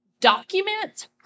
document